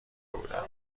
بودم